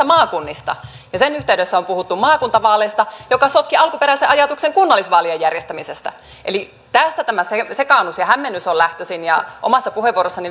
maakunnista ja sen yhteydessä on puhuttu maakuntavaaleista mikä sotki alkuperäisen ajatuksen kunnallisvaalien järjestämisestä eli tästä tämä sekaannus ja hämmennys on lähtöisin omassa puheenvuorossani